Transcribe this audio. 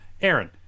Aaron